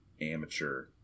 amateur